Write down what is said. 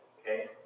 okay